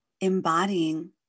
embodying